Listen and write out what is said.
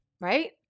right